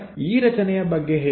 ಈ ರಚನೆಯ ಬಗ್ಗೆ ಹೇಗೆ